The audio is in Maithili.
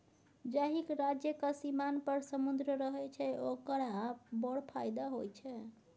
जाहिक राज्यक सीमान पर समुद्र रहय छै ओकरा बड़ फायदा होए छै